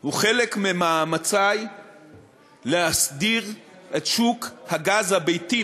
הוא חלק ממאמצי להסדיר את שוק הגז הביתי,